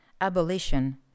abolition